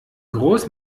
groß